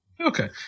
Okay